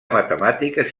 matemàtiques